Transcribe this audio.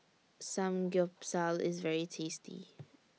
Samgyeopsal IS very tasty